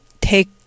take